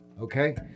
okay